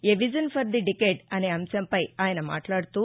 a vision for the decade అనే అంశంపై ఆయన మాట్లాడుతూ